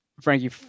frankie